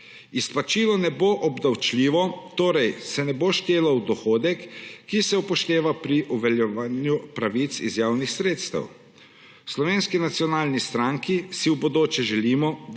Izplačilo ne bo obdavčljivo, torej se ne bo štelo v dohodek, ki se upošteva pri uveljavljanju pravic iz javnih sredstev. V Slovenski nacionalni stranki si v bodoče želimo, da